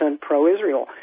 pro-Israel